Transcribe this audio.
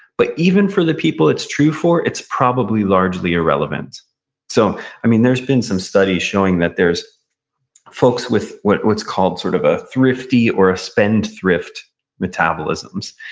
but even for the people it's true for, it's probably largely irrelevant so i mean, there's been some studies showing that there's folks with what's what's called sort of a thrifty, or ah spend-thrift metabolisms.